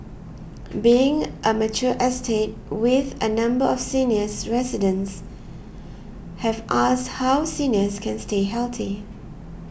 being a mature estate with a number of seniors residents have asked how seniors can stay healthy